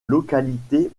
localité